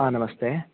नमस्ते